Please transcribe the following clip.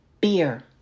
beer